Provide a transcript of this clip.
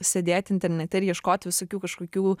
sėdėt internete ir ieškot visokių kažkokių